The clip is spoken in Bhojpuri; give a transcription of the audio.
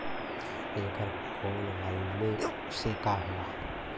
एकर खोलवाइले से का होला?